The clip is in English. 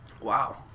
Wow